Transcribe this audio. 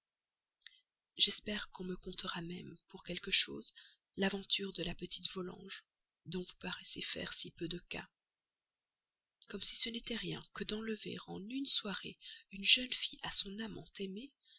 j'espère qu'on me comptera même pour quelque chose l'aventure de la petite volanges dont vous paraissez faire si peu de cas comme si ce n'était rien que d'enlever en une soirée une jeune fille à son amant aimé